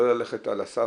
לא ללכת על הסף.